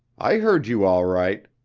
i heard you all right.